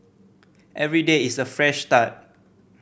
every day is a fresh start